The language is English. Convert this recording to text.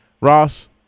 Ross